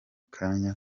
kanya